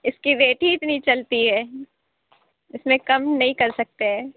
اِس کی ریٹ ہی اتنی چلتی ہے اِس میں کم نہیں کر سکتے ہیں